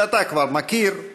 שאתה כבר מכיר,